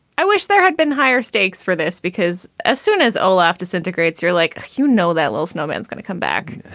i wish there had been higher stakes for this because as soon as olap disintegrates, you're like, you know that lil's no-man's gonna come back.